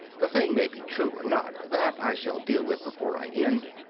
the thing may be true or not that i shall deal with before i end.